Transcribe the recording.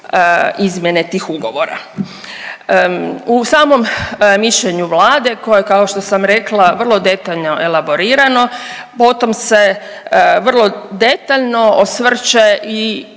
izmjene tih ugovora. U samom mišljenju Vlade koja je kao što sam rekla vrlo detaljno elaborirano, potom se vrlo detaljno osvrće i